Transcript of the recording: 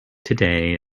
today